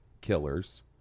killers